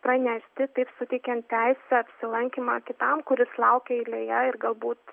pranešti taip suteikiant teisę apsilankymą kitam kuris laukia eilėje ir galbūt